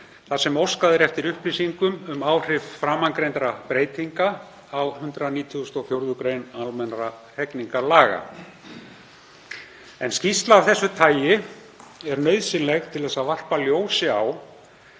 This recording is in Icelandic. þar sem óskað er eftir upplýsingum um áhrif framangreindra breytinga á 194. gr. almennra hegningarlaga. Skýrsla af þessu tagi er nauðsynleg til að varpa ljósi á